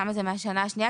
למה זה מהשנה השנייה?